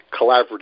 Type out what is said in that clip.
collaborative